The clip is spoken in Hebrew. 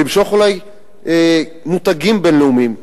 למשוך אולי מותגים בין-לאומיים,